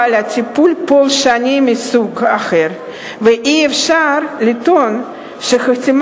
היא שאני גאה לעמוד פה ולהציע הצעת